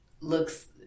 looks